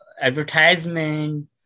advertisement